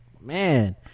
Man